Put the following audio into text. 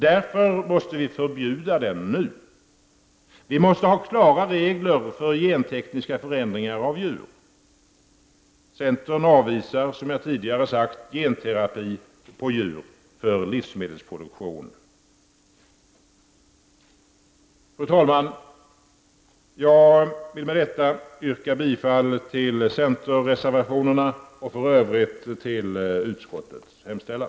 Därför måste vi förbjuda dem nu. Vi måste ha klara regler för gentekniska förändringar av djur. Centern avvisar, som jag tidigare sagt, genterapi på djur för livsmedelsproduktion. Fru talman! Jag vill med detta yrka bifall till centerreservationerna och i Övrigt till utskottets hemställan.